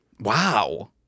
Wow